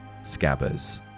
Scabbers